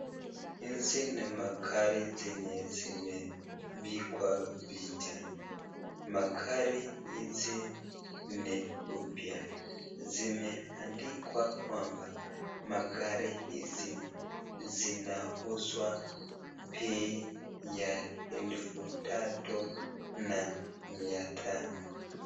Hizi ni magari zenye zimepigwa picha. Magari hizi ni mpya. Zimeandikwa kwamba magari hizi zinauzwa bei ya elfu tatu na mia tano.